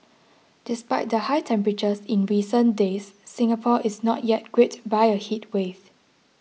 despite the high temperatures in recent days Singapore is not yet gripped by a heatwave